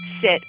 sit